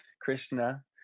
Krishna